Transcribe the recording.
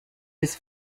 his